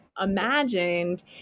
imagined